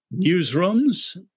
newsrooms